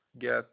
get